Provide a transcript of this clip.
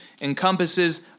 encompasses